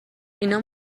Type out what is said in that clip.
اینا